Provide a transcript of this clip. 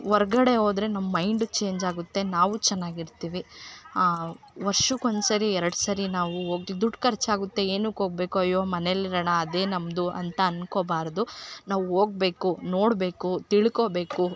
ಹೊರ್ಗಡೆ ಹೋದ್ರೆ ನಮ್ಮ ಮೈಂಡು ಚೇಂಜ್ ಆಗುತ್ತೆ ನಾವು ಚೆನ್ನಾಗಿರ್ತೀವಿ ವರ್ಷಕ್ ಒಂದು ಸರಿ ಎರಡು ಸರಿ ನಾವು ಹೋಗ್ದೆ ದುಡ್ಡು ಖರ್ಚಾಗುತ್ತೆ ಏನಕ್ ಹೋಗ್ಬೇಕು ಅಯ್ಯೋ ಮನೆಯಲ್ ಇರೋಣ ಅದೇ ನಮ್ದು ಅಂತ ಅನ್ಕೋಬಾರದು ನಾವು ಹೋಗ್ಬೇಕು ನೋಡಬೇಕು ತಿಳ್ಕೊಬೇಕು